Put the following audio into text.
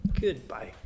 Goodbye